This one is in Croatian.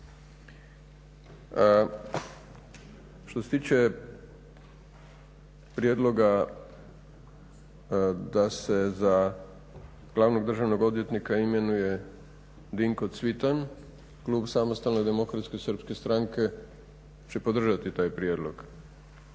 Što se tiče prijedloga da se za glavnog državnog odvjetnika imenuje Dinko Cvitan, klub SDSS-a će podržati taj prijedlog.